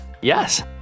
Yes